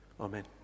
Amen